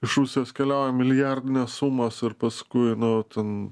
iš rusijos keliauja milijardinės sumos ir paskui nu ten